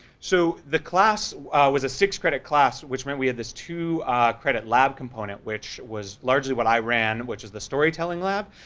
so the class was a six-credit class, which meant we had this two-credit lab component, which was largely what i ran, which is the storytelling lab,